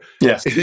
Yes